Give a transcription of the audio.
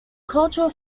cultural